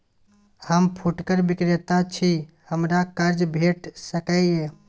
हम फुटकर विक्रेता छी, हमरा कर्ज भेट सकै ये?